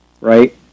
right